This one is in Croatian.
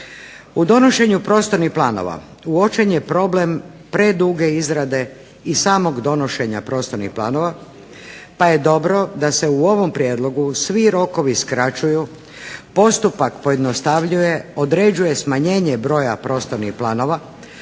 U donošenju prostornih planova uočen je problem preduge izrade i samog donošenja prostornih planova pa je dobro da se u ovom prijedlogu svi rokovi skraćuju, postupak pojednostavljuje, određuje smanjenje broja prostornih planova.